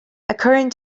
according